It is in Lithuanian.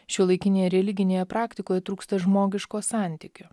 šiuolaikinėje religinėje praktikoje trūksta žmogiško santykio